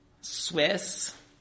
Swiss